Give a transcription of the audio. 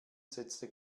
setzte